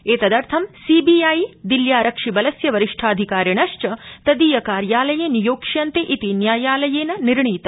एतदर्थ C B I दिल्यारक्षिबलस्य वरिष्ठाधिकारिणश्च तदीय कार्यालये नियोक्ष्यन्ते इति न्यायालयेन निर्णीत